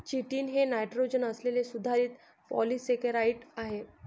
chitin हे nitrogen असलेले सुधारित पॉलिसेकेराइड आहे